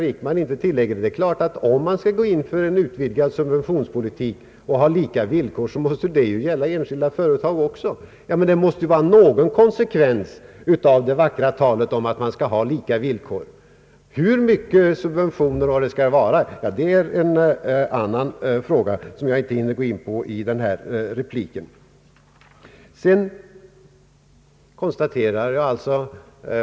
Skall man gå in för en utvidgad subventionspolitik och ha lika villkor måste det också gälla för enskilda företag. Det skall väl ligga någon konsekvens i de vackra talen om lika villkor. Om och hur mycket av subventioner det skall vara är en annan fråga som jag inte hinner ta upp 1 den här repliken.